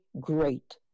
great